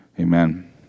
Amen